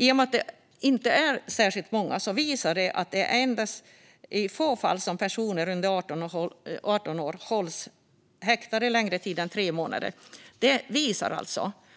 I och med att det inte är fråga om särskilt många visar detta att det är endast i få fall som personer under 18 års ålder hålls häktade längre tid än tre månader. Det visar